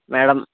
madam